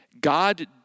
God